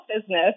business